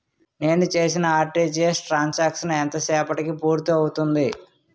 నేను చేసిన RTGS transaction ఎంత సేపటికి పూర్తి అవుతుంది?